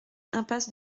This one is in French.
impasse